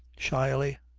shyly,